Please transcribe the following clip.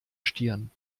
stirn